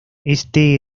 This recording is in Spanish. este